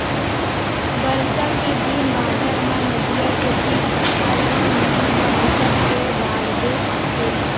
बरसा के दिन बादर म नदियां के तीर तखार मन म बिकट के बाड़गे आथे